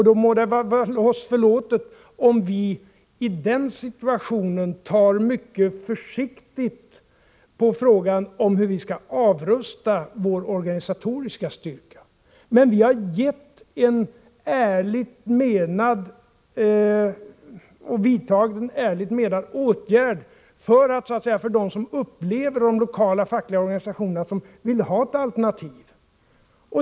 Då må det väl vara oss förlåtet om vi i den situationen är mycket försiktiga vad gäller frågan hur vi skall försvaga vår organisatoriska styrka. Men vi har vidtagit en ärligt menad åtgärd för att ge dem ett alternativ som upplever de lokala fackliga organisationerna på så sätt att de vill ha ett sådant.